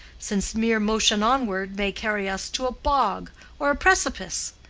since mere motion onward may carry us to a bog or a precipice.